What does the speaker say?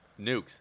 Nukes